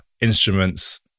instruments